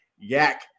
Yak